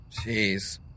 Jeez